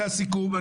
זה הסיכום.